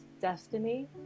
destiny